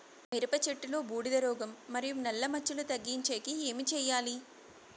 మిరప చెట్టులో బూడిద రోగం మరియు నల్ల మచ్చలు తగ్గించేకి ఏమి చేయాలి?